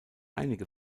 einige